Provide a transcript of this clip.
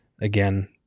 again